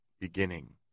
beginning